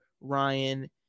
Ryan